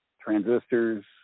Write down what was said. transistors